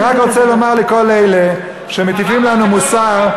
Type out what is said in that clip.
אני רק רוצה לומר לכל אלה שמטיפים לנו מוסר,